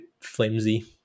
flimsy